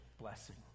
blessing